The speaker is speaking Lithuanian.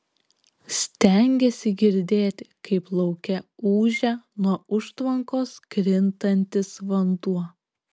stengėsi girdėti kaip lauke ūžia nuo užtvankos krintantis vanduo